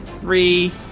Three